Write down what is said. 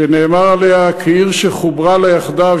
שנאמר עליה "כעיר שחוברה לה יחדיו",